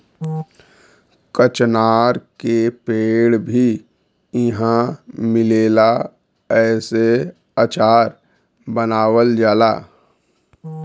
कचनार के पेड़ भी इहाँ मिलेला एसे अचार बनावल जाला